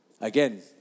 Again